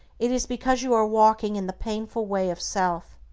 it is because you are walking in the painful way of self.